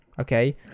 okay